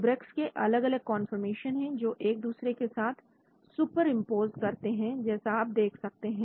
यह Celebrex के अलग अलग कौनफॉरमेशन है जो एक दूसरे के साथ सुपरिंपोज करें हैं जैसा आप देख सकते हैं